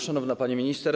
Szanowna Pani Minister!